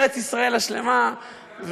איש ארץ-ישראל השלמה,